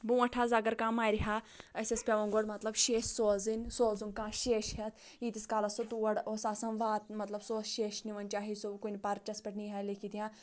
برونٛٹھ حظ اگر کانٛہہ مرِہا اسہِ ٲس پؠوان گۄڈٕ مطلب شیشۍ سوزٕنۍ سوزُن کانٛہہ شیٚشۍ ییٖتِس کالَس سُہ تور اوس آسان وات مطلب سُہ اوس شیش نِوان چاہے سُہ کُنہِ پَرچَس پؠٹھ نیہا لِیَکھِتھ یا